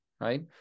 right